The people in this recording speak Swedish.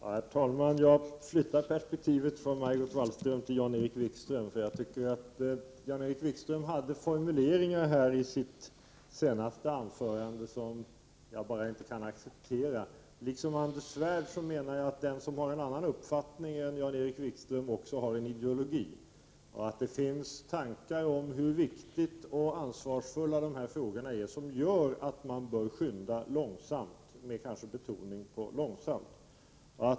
Herr talman! Jag flyttar perspektivet från statsrådet Margot Wallström till Jan-Erik Wikström. Jan-Erik Wikström hade formuleringar i sitt senaste anförande som jag inte kan acceptera. Liksom Anders Svärd menar jag att också den som har en annan uppfattning än Jan-Erik Wikström kan ha en ideologi. Det finns tankar om hur viktiga och ansvarsfulla dessa frågor är som gör att man bör skynda långsamt — kanske med betoning på långsamt.